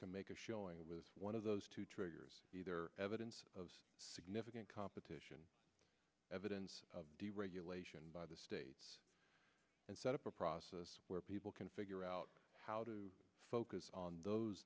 can make a showing with one of those two triggers either evidence of significant competition evidence of deregulation by the states and set up a process where people can figure out how to folk on those